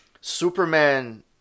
Superman